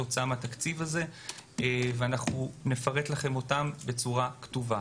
כתוצאה מהתקציב הזה ונפרט לכם אותה בצורה כתובה.